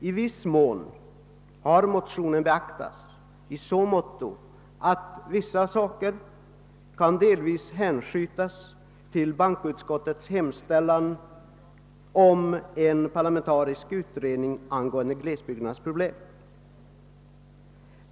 I viss mån har den emellertid beaktats, nämligen i så måtto att vissa frågor kan lösas på så sätt att de genom bankoutskottets hemställan hänskjuts till en parlamentarisk utredning angående glesbygdsproblem.